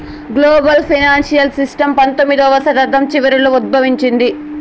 global financial system పంతొమ్మిదవ శతాబ్దం చివరలో ఉద్భవించింది